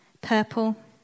purple